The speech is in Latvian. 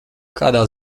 kādā